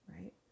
right